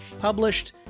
published